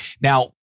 Now